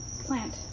plant